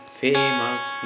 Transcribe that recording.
famous